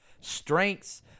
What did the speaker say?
strengths